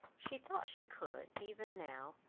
she thought she could even now,